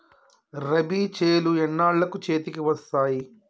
రబీ చేలు ఎన్నాళ్ళకు చేతికి వస్తాయి?